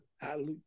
hallelujah